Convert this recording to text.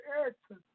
Erickson